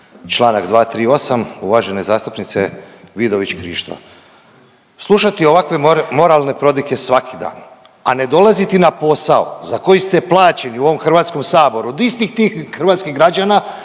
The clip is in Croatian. članak 238. uvažene zastupnice Vidović Krišto. Slušati ovakve moralne prodike svaki dan, a ne dolaziti na posao za koji ste plaćeni u ovom Hrvatskom saboru od istih tih hrvatskih građana